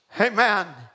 Amen